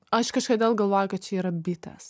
aš kažkodėl galvoju kad čia yra bitės